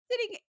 sitting